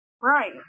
Right